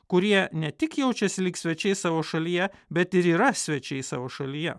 kurie ne tik jaučiasi lyg svečiai savo šalyje bet ir yra svečiai savo šalyje